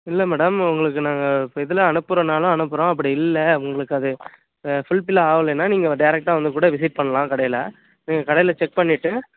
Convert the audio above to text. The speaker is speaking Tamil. இல்லை மேடம் உங்களுக்கு நாங்கள் இதில் அனுப்புறனாலும் அப்படி இல்லை உங்களுக்கு அது ஃபுல்ஃபில் ஆவலேன்னா நீங்கள் டேரெக்டாக வந்து கூட விசிட் பண்ணலாம் கடையில் எங்கள் கடையில் செக் பண்ணிவிட்டு